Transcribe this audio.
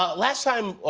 ah last time,